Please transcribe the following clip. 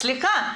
סליחה,